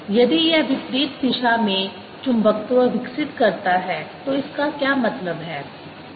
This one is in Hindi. यदि यह विपरीत दिशा में चुंबकत्व विकसित करता है तो इसका क्या मतलब है